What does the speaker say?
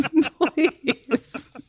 Please